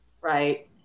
right